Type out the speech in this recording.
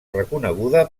reconeguda